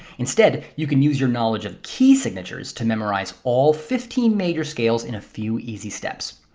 instead, you can use your knowledge of key signatures to memorize all fifteen major scales in a few easy steps.